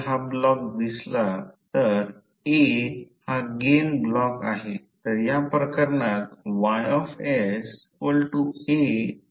तर ही एक डायमेन्शनलेस कॉन्टिटी आहे कारण नुमरेटर आणि डीनोमिनिटर देखील फ्लक्स डेन्सिटी आहे म्हणून ते मुळात डायमेंशनलेस कॉन्स्टंट आहे